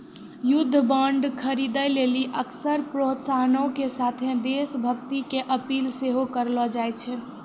युद्ध बांड खरीदे लेली अक्सर प्रोत्साहनो के साथे देश भक्ति के अपील सेहो करलो जाय छै